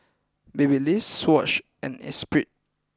Babyliss Swatch and Esprit